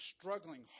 struggling